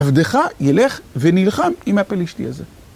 עבדך ילך ונלחם עם הפלשתי הזה.